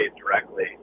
directly